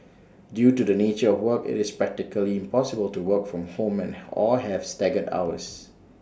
due to the nature of work IT is practically impossible to work from home and or have staggered hours